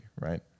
right